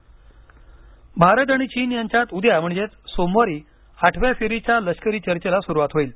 चीन चर्चा भारत आणि चीन यांच्यात उद्या म्हणजे सोमवारी आठव्या फेरीच्या लष्करी चर्चेला सुरुवात होईल